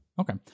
okay